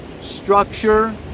Structure